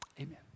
Amen